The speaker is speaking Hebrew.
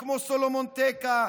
וכמו סלומון טקה,